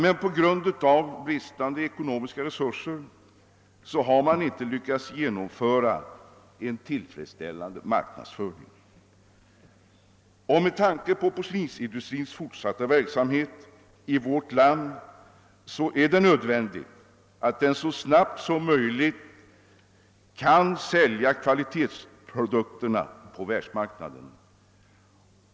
Men på grund av bristande ekonomiska resurser har man inte lyckats genomföra cen tillfredsställande marknadsföring. Med tanke på porslinsindustrins fortsatta verksamhet i vårt land är det nödvändigt, att den så snabbt som möjligt kan sälja kvalitetsprodukterna på världsmarknaden.